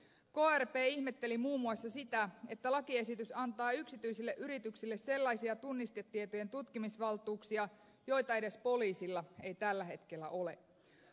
krp ihmetteli muun muassa sitä että lakiesitys antaa yksityisille yrityksille sellaisia tunnistetietojen tutkimisvaltuuksia joita edes poliisilla ei tällä hetkellä ole